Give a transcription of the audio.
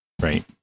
right